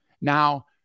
Now